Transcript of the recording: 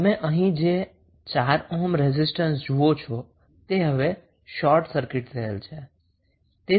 આમ તમે અહીં જે 4 ઓહ્મ રેઝિસ્ટન્સ જુઓ છો તે હવે શોર્ટ સર્કિટ થયેલ છે